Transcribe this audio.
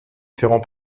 ferrand